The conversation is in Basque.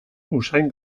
usain